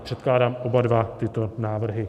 Předkládám oba dva tyto návrhy.